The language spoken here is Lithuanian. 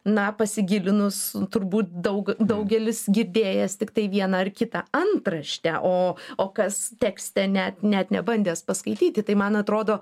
na pasigilinus turbūt daug daugelis girdėjęs tiktai vieną ar kitą antraštę o o kas tekste net net nebandęs paskaityti tai man atrodo